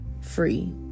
free